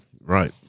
Right